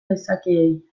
gizakiei